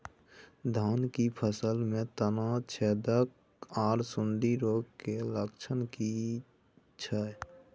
धान की फसल में तना छेदक आर सुंडी रोग के लक्षण की छै?